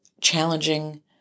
challenging